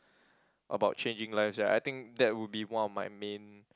about changing lives right I think that would be one of my main